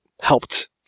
helped